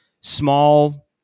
small